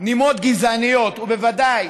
נימות גזעניות, ובוודאי